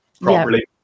properly